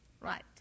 right